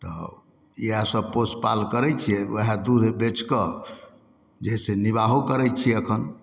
तऽ इएह सब पोसपाल करै छियै ओहए दूध बेच कऽ जे हइ से निवाहो करै छियै अखन